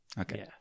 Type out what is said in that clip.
Okay